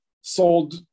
sold